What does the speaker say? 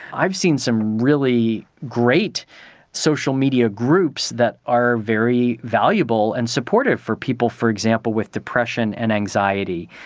i've seen some really great social media groups that are very valuable and supportive for people, for example, with depression and anxiety.